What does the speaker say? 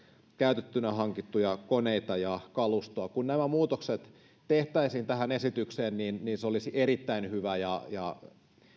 käytettynä hankittuja koneita ja kalustoa kun nämä muutokset tehtäisiin tähän esitykseen niin niin se olisi erittäin hyvä